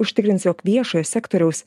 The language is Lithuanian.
užtikrins jog viešo sektoriaus